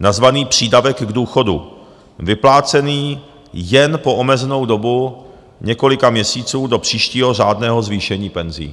nazvaný přídavek k důchodu, vyplácený jen po omezenou dobu několika měsíců do příštího řádného zvýšení penzí.